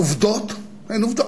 העובדות הן עובדות.